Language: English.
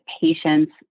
patients